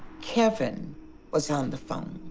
kevin was on the phone.